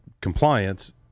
compliance